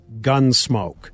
Gunsmoke